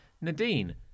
Nadine